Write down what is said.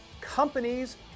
companies